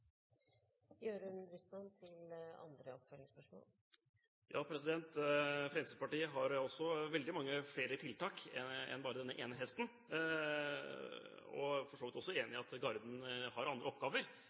Fremskrittspartiet har veldig mange flere tiltak enn bare denne ene hesten. Jeg er for så vidt enig